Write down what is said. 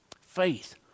Faith